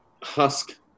Husk